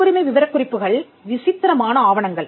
காப்புரிமை விவரக்குறிப்புகள் விசித்திரமான ஆவணங்கள்